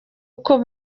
uko